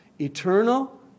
Eternal